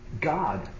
God